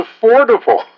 affordable